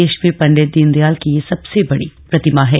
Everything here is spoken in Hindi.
देश में पंडित दीनदयाल की यह सबसे बड़ी प्रतिमा है